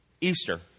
Easter